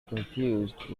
confused